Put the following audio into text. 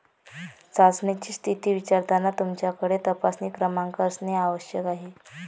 चाचणीची स्थिती विचारताना तुमच्याकडे तपासणी क्रमांक असणे आवश्यक आहे